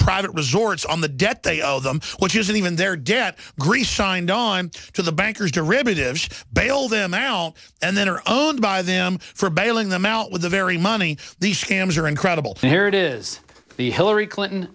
private resorts on the debt they owe them which isn't even their debt greece signed on to the bankers derivatives bailed them out and then are owned by them for bailing them out with the very money these scams are incredible and here it is the hillary clinton